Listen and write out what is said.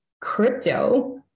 crypto